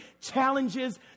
challenges